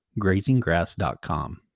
grazinggrass.com